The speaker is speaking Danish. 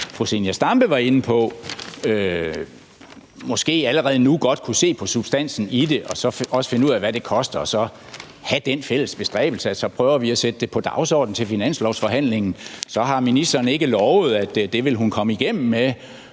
som fru Zenia Stampe var inde på, måske allerede nu se på substansen i det og også finde ud af, hvad det koster, og så have den fælles bestræbelse, at så prøver vi at sætte det på dagsordenen til finanslovsforhandlingerne. Så har ministeren ikke lovet, at det vil hun komme igennem med,